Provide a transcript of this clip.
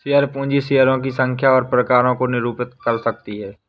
share पूंजी शेयरों की संख्या और प्रकारों को भी निरूपित कर सकती है